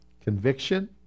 Conviction